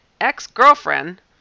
ex-girlfriend